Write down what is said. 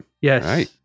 Yes